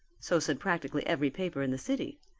so said practically every paper in the city.